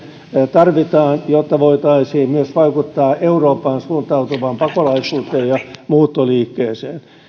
tarvitaan jotta voitaisiin vaikuttaa myös eurooppaan suuntautuvaan pakolaisuuteen ja muuttoliikkeeseen